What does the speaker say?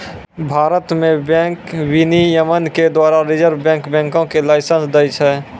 भारत मे बैंक विनियमन के द्वारा रिजर्व बैंक बैंको के लाइसेंस दै छै